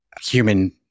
human